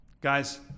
guys